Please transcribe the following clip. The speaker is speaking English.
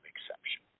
exception